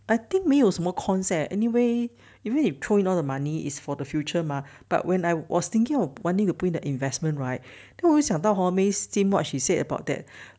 I think 没有什么 cons eh anyway you mean if throw in all the money is for the future mah but when I was thinking of wanting to put in the investment right then 我会想到 hor may say what she said about that